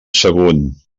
sagunt